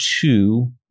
two